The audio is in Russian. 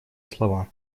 слова